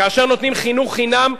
כאשר נותנים חינוך חינם,